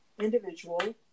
individual